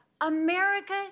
America